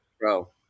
bro